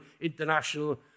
international